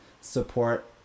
support